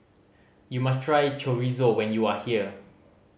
you must try Chorizo when you are here